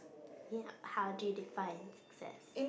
ya how do you define success